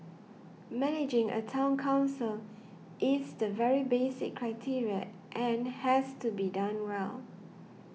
managing a Town Council is the very basic criteria and has to be done well